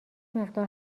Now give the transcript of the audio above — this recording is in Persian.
مقدار